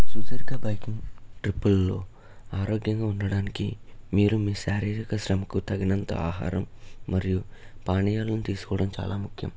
సుదీర్ఘ బైకింగ్ ట్రిపుల్లో ఆరోగ్యంగా ఉండటానికి మీరు మీ శారీరక శ్రమకు తగినంత ఆహారం మరియు పానీయాలను తీసుకోవడం చాలా ముఖ్యం